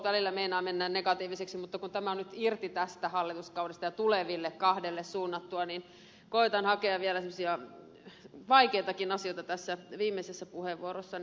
välillä meinaa mennä negatiiviseksi mutta kun tämä on nyt irti tästä hallituskaudesta ja tuleville kahdelle suunnattua niin koetan hakea vielä semmoisia vaikeitakin asioita tässä viimeisessä puheenvuorossani